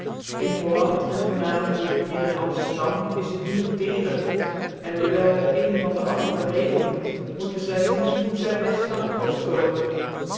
in holland en voornamcntlijk hier in amllcrdam is het duur tecren en dewijl den een van den anderen leven moet moeten zy zien hoe zy bcfl aan dc koft komen